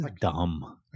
Dumb